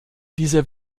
dieser